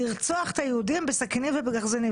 לרצוח את היהודים בסכינים ובגרזנים.